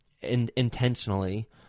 intentionally